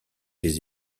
les